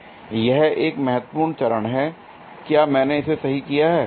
यह एक महत्वपूर्ण चरण है क्या मैंने इसे सही किया है